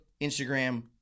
Instagram